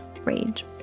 rage